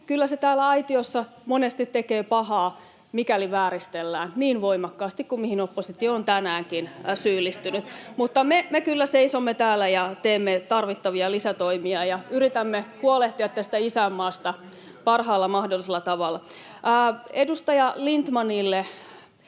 kyllä se täällä aitiossa monesti tekee pahaa, mikäli vääristellään niin voimakkaasti kuin mihin oppositio on tänäänkin syyllistynyt, mutta me kyllä seisomme täällä ja teemme tarvittavia lisätoimia ja yritämme huolehtia tästä isänmaasta parhaalla mahdollisella tavalla. Edustaja Lindtmanille: